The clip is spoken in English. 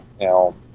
Now